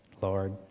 Lord